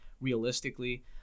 realistically